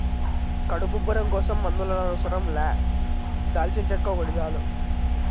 కడుపు ఉబ్బరం కోసం మందుల అవసరం లా దాల్చినచెక్క ఒకటి చాలు